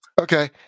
Okay